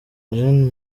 gen